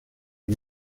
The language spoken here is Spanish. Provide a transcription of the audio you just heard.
que